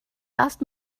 asked